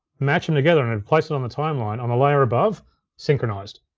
match em together, and place it on the timeline on the layer above synchronized.